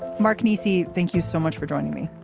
mark niecy, thank you so much for joining me.